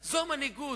העברה,